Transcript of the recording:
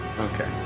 Okay